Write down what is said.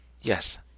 Yes